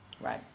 Right